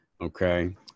okay